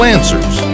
Answers